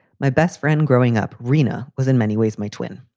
my best friend growing up. rina was in many ways my twin.